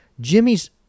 jimmy's